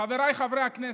חבריי חברי הכנסת,